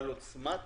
אבל עוצמת